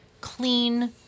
clean